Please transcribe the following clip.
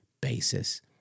basis